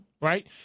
right